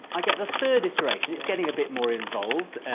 i get the third iteration. it's getting a bit more involved,